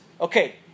okay